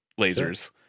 lasers